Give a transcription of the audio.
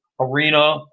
arena